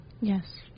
Yes